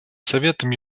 советом